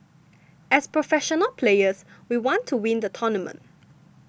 as professional players we want to win the tournament